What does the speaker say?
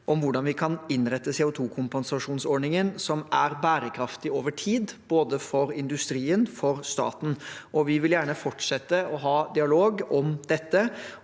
om hvordan vi kan innrette CO2-kompensasjonsordningen så den er bærekraftig over tid, både for industrien og for staten. Vi vil gjerne fortsette å ha dialog om dette